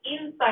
inside